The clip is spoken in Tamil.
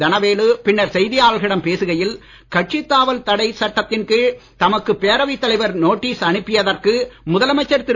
தனவேலு பின்னர் செய்தியாளர்களிடம் பேசுகையில் கட்சித் தாவல் தடை சட்டத்தின் கீழ் தமக்கு பேரவைத் தலைவர் நோட்டிஸ் அனுப்பியதற்கு முதலமைச்சர் திரு